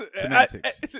Semantics